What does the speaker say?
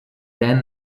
then